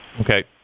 Okay